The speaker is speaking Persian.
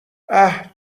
اَه